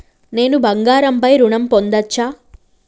నేను బంగారం పై ఋణం పొందచ్చా?